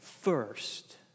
first